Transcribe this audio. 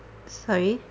sorry